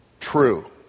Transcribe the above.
true